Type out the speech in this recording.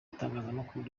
itangazamakuru